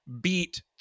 beat